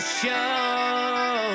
show